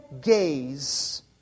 gaze